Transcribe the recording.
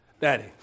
daddy